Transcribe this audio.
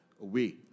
away